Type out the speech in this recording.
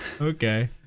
Okay